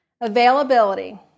Availability